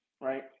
right